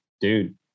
dude